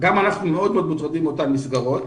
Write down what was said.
אנחנו מאוד מאוד מוטרדים מאותן מסגרות.